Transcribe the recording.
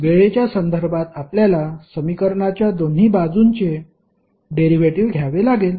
वेळेच्या संदर्भात आपल्याला समीकरणाच्या दोन्ही बाजूंचे डेरिव्हेटिव्ह घ्यावे लागेल